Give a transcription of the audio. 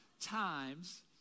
times